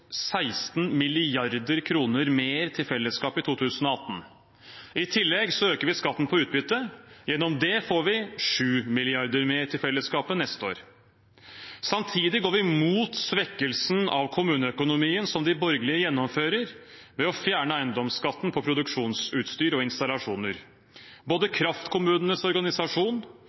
16 mrd. kr mer til fellesskapet i 2018. I tillegg øker vi skatten på utbytte. Gjennom det får vi 7 mrd. kr mer til fellesskapet neste år. Samtidig går vi imot svekkelsen av kommuneøkonomien som de borgerlige gjennomfører ved å fjerne eiendomsskatten på produksjonsutstyr og installasjoner. Både kraftkommunenes organisasjon